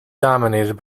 dominated